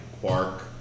quark